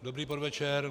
Dobrý podvečer.